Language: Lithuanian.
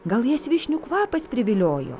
gal jas vyšnių kvapas priviliojo